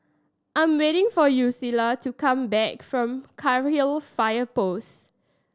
I'm waiting for Yulissa to come back from Cairnhill Fire Post